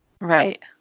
right